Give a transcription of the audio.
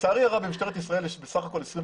לצערי הרב במשטרת ישראל יש בסך הכול 24